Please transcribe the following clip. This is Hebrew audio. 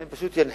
אני פשוט אנחה